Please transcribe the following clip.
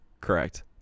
correct